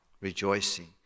Rejoicing